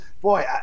boy